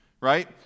Right